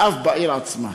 ואף בעיר עצמה,